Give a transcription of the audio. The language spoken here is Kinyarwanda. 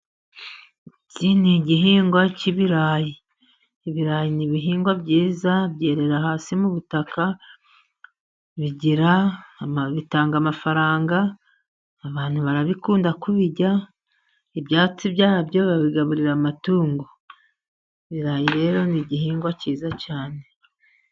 Iki ni igihingwa cy'ibirayi. Ibirayi ni ibihingwa byiza byerera hasi mu butaka. Bigira, bitanga amafaranga, abantu barabikunda kubirya, ibyatsi byabyo babigaburira amatungo. Ibirayi rero ni igihingwa cyiza cyane.